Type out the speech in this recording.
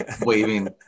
waving